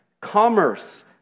commerce